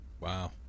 Wow